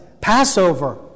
Passover